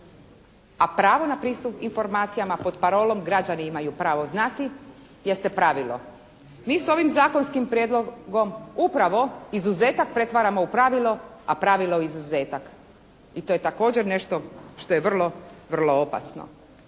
a pravo na pristup informacijama pod parolom: «Građani imaju pravo znati» jeste pravilo. Mi s ovim zakonskim prijedlogom upravo izuzetak pretvaramo u pravilo, a pravilo u izuzetak. I to je također nešto što je vrlo, vrlo opasno.